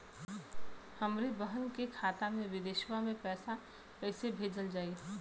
हमरे बहन के खाता मे विदेशवा मे पैसा कई से भेजल जाई?